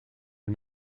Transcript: are